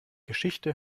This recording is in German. geschichte